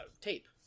tape